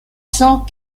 cent